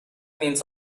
means